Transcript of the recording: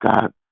God